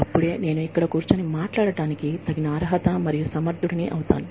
అప్పుడే నేను ఇక్కడ కూర్చుని మాట్లాడటానికి తగిన అర్హత కలిగిన మరియు సమర్థుడిని అవుతాను